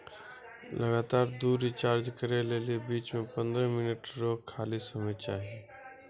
लगातार दु रिचार्ज करै लेली बीच मे पंद्रह मिनट रो खाली समय चाहियो